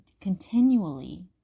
continually